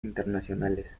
internacionales